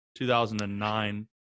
2009